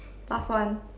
last one